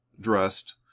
dressed